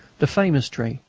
the famous tree,